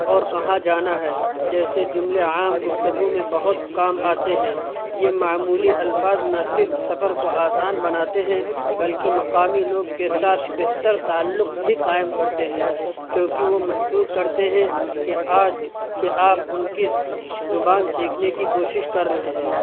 اور کہاں جانا ہے جیسے جملے عام گفتگو میں بہت کام آتے ہیں یہ معمولی الفاظ نہ صرف سفر کو آسان بناتے ہیں بلکہ مقامی لوگ کے ساتھ بہتر تعلق بھی قائم کرتے ہیں کیونکہ وہ محسوس کرتے ہیں کہ آج کہ آپ ان کی زبان سیکھنے کی کوشش کر رہے ہیں